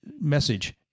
message